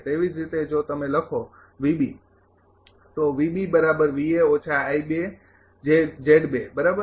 તેવી જ રીતે જો તમે લખો બરાબર